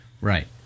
Right